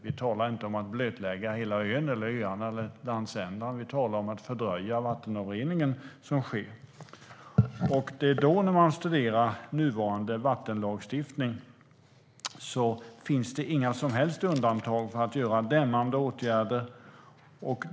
Vi talar inte om att blötlägga hela ön, öarna eller landsändan. Vi talar om att fördröja den vattenavrinning som sker. När man då studerar nuvarande vattenlagstiftning finner man att det inte finns några som helst undantag för dämmande åtgärder.